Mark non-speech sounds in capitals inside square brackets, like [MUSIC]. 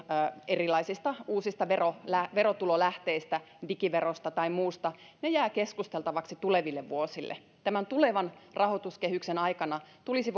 erilaisista uusista verotulolähteistä digiverosta tai muusta jäävät keskusteltavaksi tuleville vuosille tämän tulevan rahoituskehyksen aikana tulisi [UNINTELLIGIBLE]